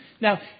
Now